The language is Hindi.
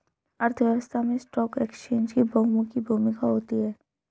अर्थव्यवस्था में स्टॉक एक्सचेंज की बहुमुखी भूमिका होती है